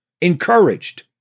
encouraged